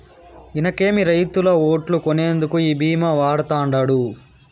ఇనకేమి, రైతుల ఓట్లు కొనేందుకు ఈ భీమా వాడతండాడు